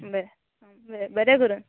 बरें आ बरें बरें करून